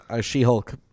She-Hulk